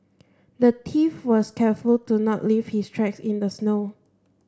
the thief was careful to not leave his tracks in the snow